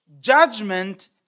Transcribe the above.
judgment